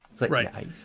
Right